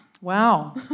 Wow